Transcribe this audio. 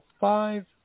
five